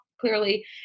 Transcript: clearly